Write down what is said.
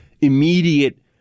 immediate